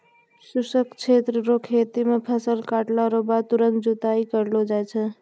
शुष्क क्षेत्र रो खेती मे फसल काटला रो बाद तुरंत जुताई करलो जाय छै